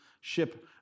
ship